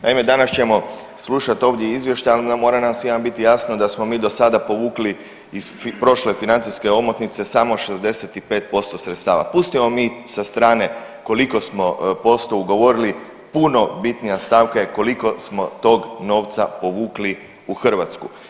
Naime, danas ćemo slušat ovdje o izvještajima, mora nam svima biti jasno da smo mi do sada povukli iz prošle financijske omotnice samo 65% sredstava, pustimo mi sa strane koliko smo posto ugovorili, puno bitnija stavka je koliko smo tog novca povukli u Hrvatsku.